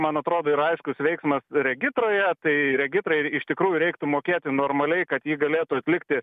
man atrodo yra aiškus veiksmas regitroje tai regitrai ir iš tikrųjų reiktų mokėti normaliai kad ji galėtų atlikti